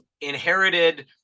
inherited